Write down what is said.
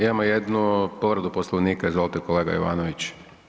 Imamo jednu povredu Poslovnika, izvolite kolega Jovanović.